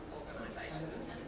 organisations